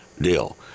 deal